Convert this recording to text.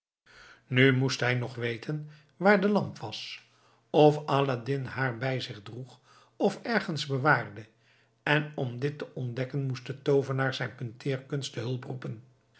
nu moest hij nog weten waar de lamp was of aladdin haar bij zich droeg of ergens bewaarde en om dit te ontdekken moest de toovenaar zijn punteerkunst te hulp roepen